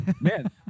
Man